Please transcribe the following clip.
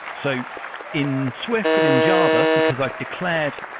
so in swift and in java, because i declared,